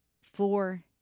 four